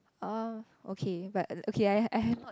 uh okay but uh okay I have I have heard